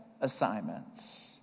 assignments